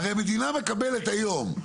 הרי המדינה מקבלת היום,